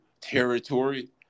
territory